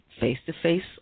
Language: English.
face-to-face